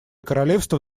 королевство